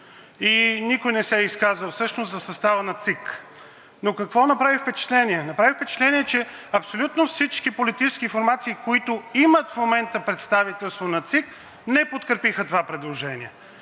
никой не се изказа за състава на ЦИК. Но какво направи впечатление? Направи впечатление, че абсолютно всички политически формации, които имат в момента представителство в ЦИК, не подкрепиха това предложение.